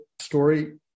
story